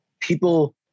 people